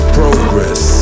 progress